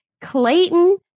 Clayton